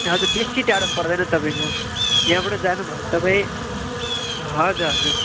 हजुर बेसी टाढो पर्दैन तपाईँको यहाँबाट जानुभयो भने तपाईँ हजुर हजुर